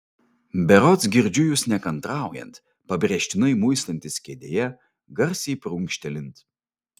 berods girdžiu jus nekantraujant pabrėžtinai muistantis kėdėje garsiai prunkštelint